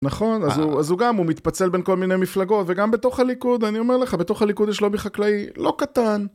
נכון, אז הוא גם, הוא מתפצל בין כל מיני מפלגות, וגם בתוך הליכוד, אני אומר לך, בתוך הליכוד יש לובי חקלאי לא קטן.